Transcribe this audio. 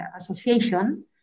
association